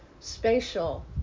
spatial